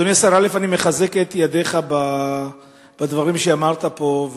אדוני השר, אני מחזק את ידיך בדברים שאמרת פה.